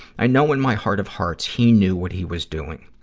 i know in my heart of hearts he knew what he was doing.